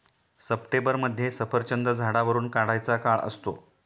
सप्टेंबरमध्ये सफरचंद झाडावरुन काढायचा काळ असतो